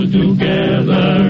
together